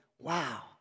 Wow